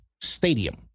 Stadium